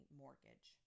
mortgage